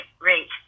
rate